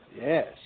Yes